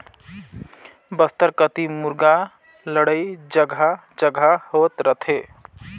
बस्तर कति मुरगा लड़ई जघा जघा होत रथे